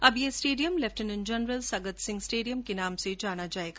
अब यह stadium lieutenant general Sagat Singh stadium के नाम से जाना जाएगा